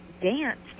dance